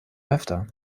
öfter